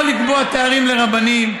לא לקבוע תארים לרבנים,